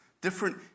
different